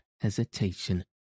hesitation